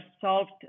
solved